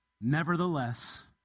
Nevertheless